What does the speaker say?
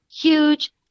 huge